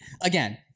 again